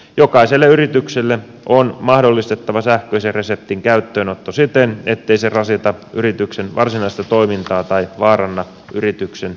jokaiselle yritykselle on mahdollistettava sähköisen reseptin käyttöönotto siten ettei se rasita yrityksen varsinaista toimintaa tai vaaranna yrityksen olemassaoloa